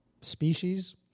species